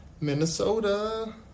Minnesota